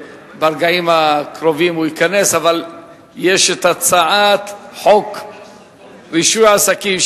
אבל יש הצעת חוק רישוי עסקים,